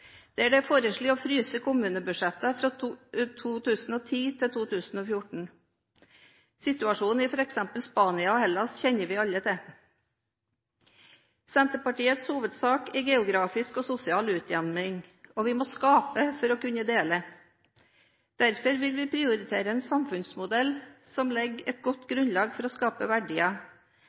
Der er det foreslått å fryse kommunebudsjettene fra 2010 til 2014. Situasjonen i f.eks. Spania og Hellas kjenner vi alle til. Senterpartiets hovedsak er geografisk og sosial utjevning, og vi må skape for å kunne dele. Derfor vil vi prioritere en samfunnsmodell som legger et godt grunnlag for å skape verdier,